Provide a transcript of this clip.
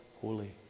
holy